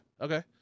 Okay